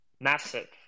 massive